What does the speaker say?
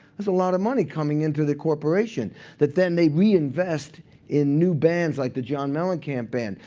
that's a lot of money coming into the corporation that then they reinvest in new bands, like the john mellencamp band.